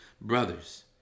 brothers